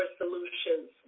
solutions